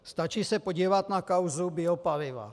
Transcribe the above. Stačí se podívat na kauzu biopaliva.